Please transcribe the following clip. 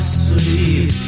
sleep